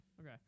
Okay